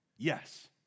Yes